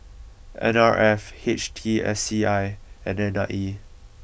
N R F H T S C I and N I E